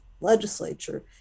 legislature